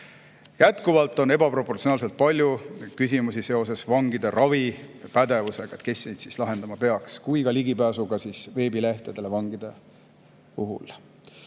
Jätkuvalt on ebaproportsionaalselt palju küsimusi seoses vangide ravi pädevusega – kes neid kaebusi lahendama peaks –, samuti ligipääsuga veebilehtedele vangide puhul.